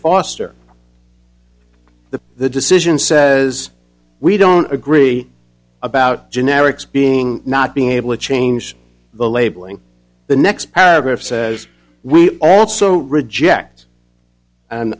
foster the the decision says we don't agree about generics being not being able to change the labeling the next paragraph says we also